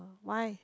why